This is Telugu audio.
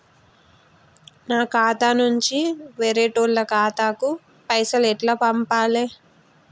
నా ఖాతా నుంచి వేరేటోళ్ల ఖాతాకు పైసలు ఎట్ల పంపాలే?